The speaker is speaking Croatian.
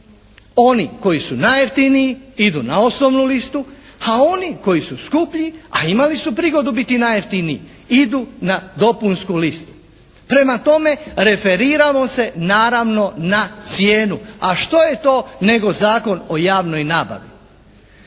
Oni koji su najjeftiniji idu na osnovnu listu, a oni koji su skuplji, a imali su prigodu biti najjeftiniji idu na dopunsku listu. Prema tome, referiramo se naravno na cijenu, a što je to nego Zakon o javnoj nabavi.